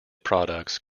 products